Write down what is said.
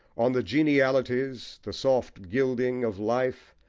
on the genialities, the soft gilding, of life,